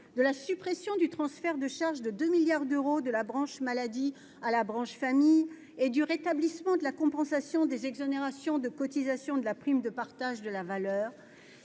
de la suppression du transfert de charges de 2 milliards d'euros de la branche maladie à la branche famille et du rétablissement de la compensation des exonérations de cotisations de la prime de partage de la valeur,